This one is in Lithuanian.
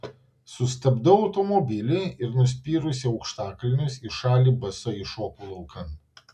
sustabdau automobilį ir nuspyrusi aukštakulnius į šalį basa iššoku laukan